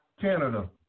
Canada